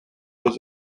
deux